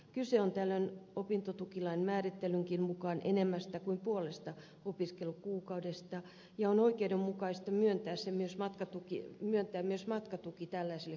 kyse on tällöin opintotukilain määrittelynkin mukaan enemmästä kuin puolesta opiskelukuukaudesta ja on oikeudenmukaista myöntää myös matkatuki tällaiselle kuukaudelle